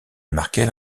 markel